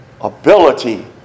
Ability